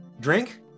Drink